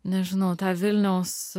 nežinau tą vilniaus